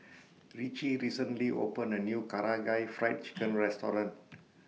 Richie recently opened A New Karaage Fried Chicken Restaurant